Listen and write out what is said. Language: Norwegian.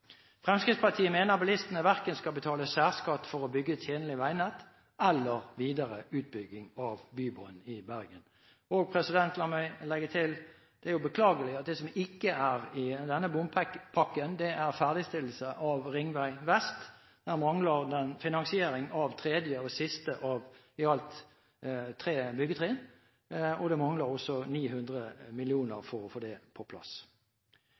Fremskrittspartiet mener bilistene verken skal betale særskatt for å bygge et tjenlig veinett, eller videre utbygging av Bybanen i Bergen. La meg legge til: Det er beklagelig at det som ikke er med i denne bompengepakken, er ferdigstillelse av Ringveg vest. Der mangler finansieringen av det tredje og siste av i alt tre byggetrinn. Det mangler også 900 mill. kr for å få dette på plass.